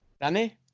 Danny